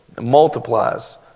multiplies